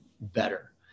better